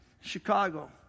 Chicago